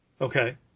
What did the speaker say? okay